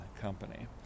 company